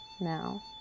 Now